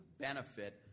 benefit